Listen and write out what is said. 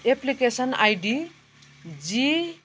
application ID G